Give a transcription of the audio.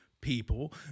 people